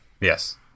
Yes